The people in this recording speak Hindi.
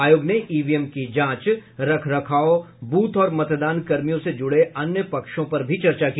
आयोग ने ईवीएम की जांच रख रखाव बूथ और मतदान कर्मियों से जुड़े अन्य पक्षों पर भी चर्चा की